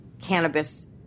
cannabis